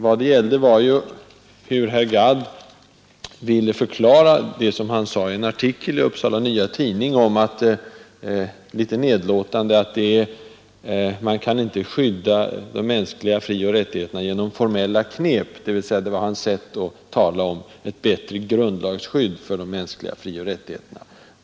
Vad frågan gällde var hur herr Gadd ville förklara det som han litet nedlåtande sade i en artikel i Upsala Nya Tidning, nämligen att man inte kan skydda de mänskliga frioch rättigheterna genom ”formella knep”. Det var hans sätt att tala om ett bättre grundlagsskydd för de mänskliga frioch rättigheterna.